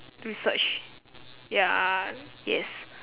research ya yes